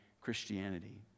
Christianity